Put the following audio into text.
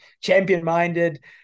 champion-minded